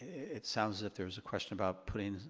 it sounds that there's a question about putting,